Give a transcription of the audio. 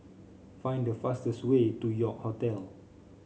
find the fastest way to York Hotel